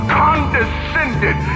condescended